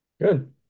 Good